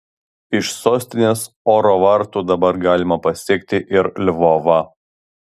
iš sostinės oro vartų dabar galima pasiekti ir lvovą